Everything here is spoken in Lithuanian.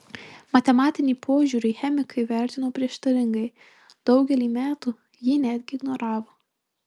matematinį požiūrį chemikai vertino prieštaringai daugelį metų jį netgi ignoravo